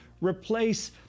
replace